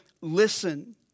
listen